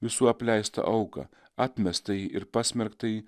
visų apleistą auką atmestąjį ir pasmerktąjį